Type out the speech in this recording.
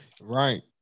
Right